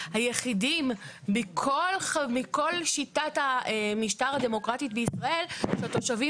היחידים מכל שיטת המשטר הדמוקרטית בישראל שהתושבים